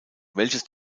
welches